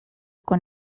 con